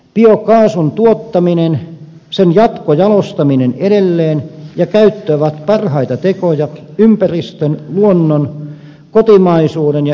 biokaasun tuottaminen sen jatkojalostaminen edelleen ja käyttö ovat parhaita tekoja ympäristön luonnon kotimaisuuden ja yritteliäisyyden puolesta